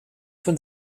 von